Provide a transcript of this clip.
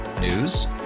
News